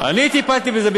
אני טיפלתי בזה,